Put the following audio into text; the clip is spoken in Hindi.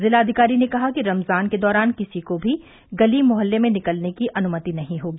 जिलाधिकारी ने कहा कि रमजान के दौरान किसी को भी गली मुहल्लों में निकलने की अनुमति नहीं होगी